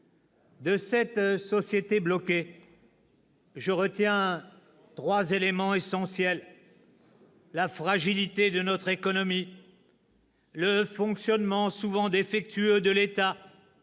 ″De cette société bloquée, je retiens trois éléments essentiels : la fragilité de notre économie, le fonctionnement souvent défectueux de l'État,